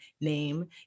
name